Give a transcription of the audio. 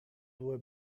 due